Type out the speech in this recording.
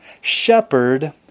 shepherd